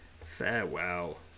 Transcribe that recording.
farewell